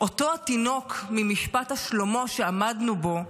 אותו התינוק ממשפט שלמה שעמדנו בו,